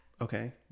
Okay